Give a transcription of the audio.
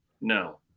No